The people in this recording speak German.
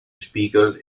spiegel